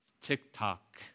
TikTok